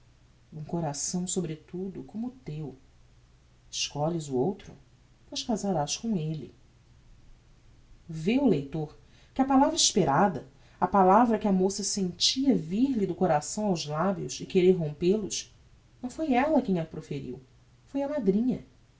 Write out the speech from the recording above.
um coração sobretudo como o teu escolhes o outro pois casarás com elle vê o leitor que a palavra esperada a palavra que a moça sentia vir lhe do coração aos labios e querer rompel os não foi ella quem a proferiu foi a madrinha